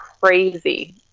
crazy